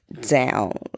down